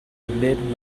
mid